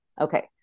Okay